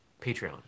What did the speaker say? Patreon